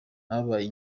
bahaye